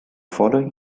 following